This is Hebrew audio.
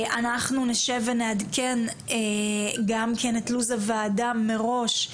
אנחנו נשב ונעדכן גם כן את לו"ז הוועדה מראש,